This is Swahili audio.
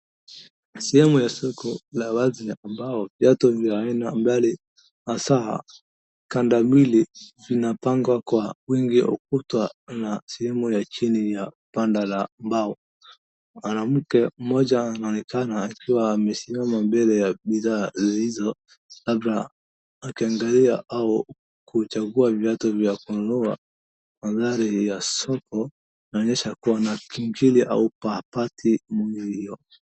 Sehemu ya soko la vazi ambao viatu vya aina mbali hasa kanda mbili zinapangwa kwa wingi wa ukuta na sehemu ya chini ya banda la mbao, mwanamke mmoja anaoneka akiwa amesimama mbele ya bidhaa zilizo labda akiangalia au kuchagua viatu vya kununua, mandhari ya soko inaonyesha kuwa na kiingili au paapati niio.